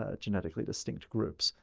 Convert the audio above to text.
ah genetically distinct groups.